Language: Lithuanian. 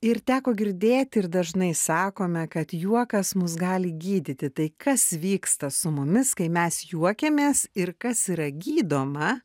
ir teko girdėti ir dažnai sakome kad juokas mus gali gydyti tai kas vyksta su mumis kai mes juokiamės ir kas yra gydoma